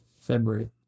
February